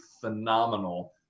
phenomenal